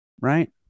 Right